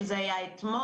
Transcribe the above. שזה היה אתמול,